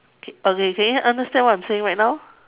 okay can you understand what I'm saying right now